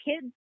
kids